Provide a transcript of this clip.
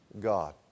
God